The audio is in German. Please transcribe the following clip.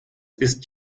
ist